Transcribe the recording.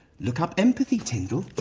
look up empathy, tindall.